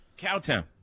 Cowtown